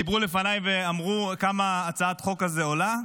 דיברו לפניי ואמרו כמה הצעת החוק הזו עולה,